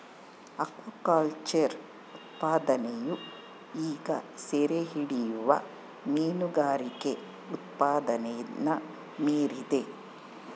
aquaculture ಉತ್ಪಾದನೆಯು ಈಗ ಸೆರೆಹಿಡಿಯುವ ಮೀನುಗಾರಿಕೆ ಉತ್ಪಾದನೆನ ಮೀರಿದೆ